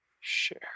Share